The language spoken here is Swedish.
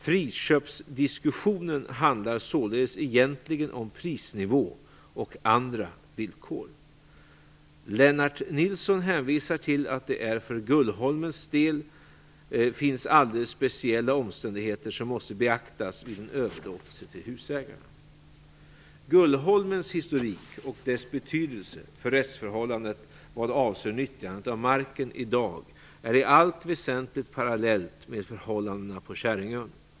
Friköpsdiskussionen handlar således egentligen om prisnivå och andra villkor. Lennart Nilsson hänvisar till att det för Gullholmens del finns alldeles speciella omständigheter som måste beaktas vid en överlåtelse till husägarna. Gullholmens historik och dess betydelse för rättsförhållandet vad avser nyttjandet av marken i dag är i allt väsentligt parallellt med förhållandena på Käringön.